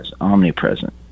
omnipresent